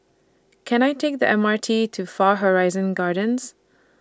Can I Take The M R T to Far Horizon Gardens